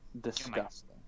disgusting